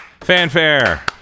Fanfare